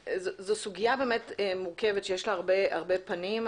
סוגיה באמת מורכבת שיש לה הרבה פנים.